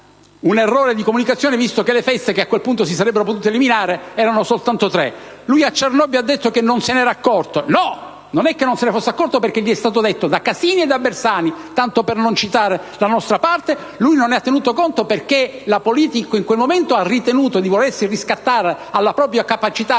un errore di comunicazione, visto che le feste che a quel punto si sarebbero potute eliminare erano soltanto tre. Il Ministro a Cernobbio ha detto che non se ne era accorto. No, non è che non se ne fosse accorto, in quanto gli era stato detto da Casini e Bersani - tanto per non citare la nostra parte - ma non ne ha tenuto conto, perché la politica in quel momento ha ritenuto di volersi riscattare dalla propria capacità